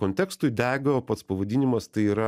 kontekstui dego pats pavadinimas tai yra